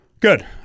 Good